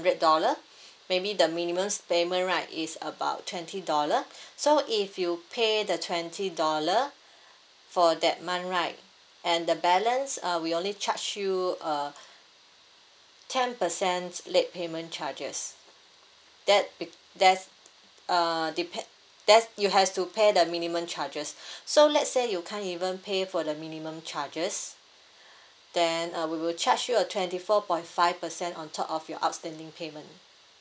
~dred dollar maybe the minimum payment right is about twenty dollar so if you pay the twenty dollar for that month right and the balance uh we only charge you uh ten percent late payment charges that there's uh depend there's you has to pay the minimum charges so let's say you can't even pay for the minimum charges then uh we will charge you a twenty four point five percent on top of your outstanding payment